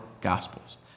gospels